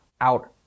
out